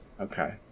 Okay